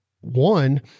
one